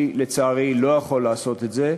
אני לצערי לא יכול לעשות את זה,